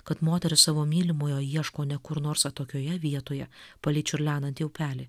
kad moteris savo mylimojo ieško ne kur nors atokioje vietoje palei čiurlenantį upelį